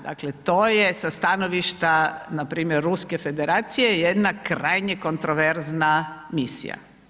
Dakle, to je sa stanovišta, npr. ruske federacija jedna krajnje kontroverzna misija.